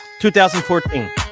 2014